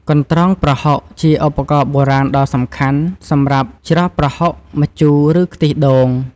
កន្រ្តងប្រហុក ជាឧបករណ៍បុរាណដ៏សំខាន់សម្រាប់ច្រោះប្រហុក ម្ជូរ ឬខ្ទិះដូង។